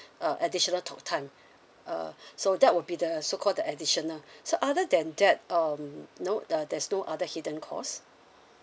uh additional talk time uh so that will be the so called the additional so other than that um no uh there's no other hidden cost